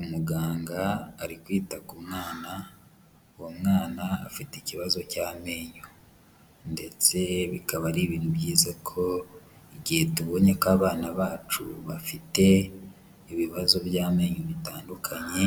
Umuganga ari kwita ku mwana, uwo mwana afite ikibazo cy'amenyo ndetse bikaba ari ibintu byiza ko igihe tubonye ko abana bacu bafite ibibazo by'amenyo bitandukanye,